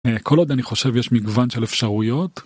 כל עוד אני חושב יש מגוון של אפשרויות.